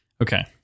Okay